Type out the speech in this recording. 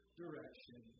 direction